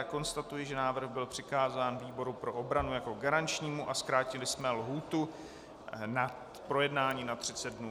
Konstatuji, že návrh byl přikázán výboru pro obranu jako garančnímu a zkrátili jsme lhůtu na projednání na 30 dnů.